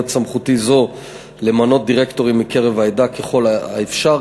סמכותי זו למנות דירקטורים מקרב העדה ככל האפשר.